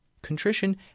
Contrition